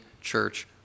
church